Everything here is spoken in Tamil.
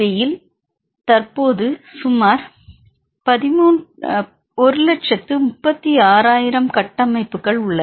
யில் தற்போது சுமார் 136000 கட்டமைப்புகள் உள்ளன